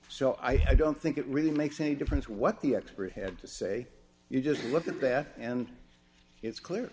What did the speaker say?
so i don't think it really makes a difference what the expert had to say you just look at that and it's clear